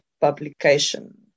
publication